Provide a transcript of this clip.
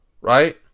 Right